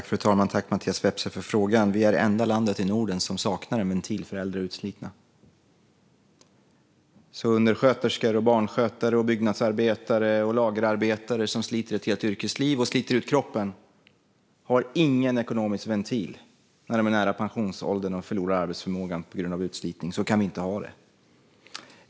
Fru talman! Tack, Mattias Vepsä, för frågan! Sverige är det enda land i Norden som saknar en ventil för äldre utslitna. Undersköterskor, barnskötare, byggnadsarbetare och lagerarbetare som sliter ett helt yrkesliv och sliter ut kroppen har ingen ekonomisk ventil när de är nära pensionsåldern och förlorar arbetsförmågan på grund av utslitning. Så kan vi inte ha det.